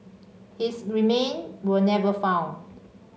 his remain were never found